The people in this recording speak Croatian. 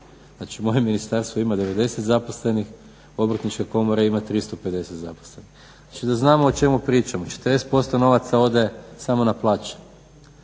moje ministarstvo ima 90 zaposlenih, Obrtnička komora ima 350 zaposlenih. Znači da znamo o čemu pričamo, 40% novaca ode samo na plaće,